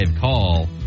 call